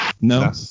No